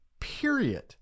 period